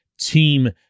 team